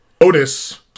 Otis